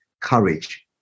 courage